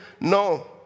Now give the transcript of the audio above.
no